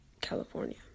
California